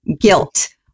guilt